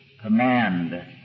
command